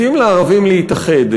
מציעים לערבים להתאחד,